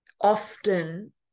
often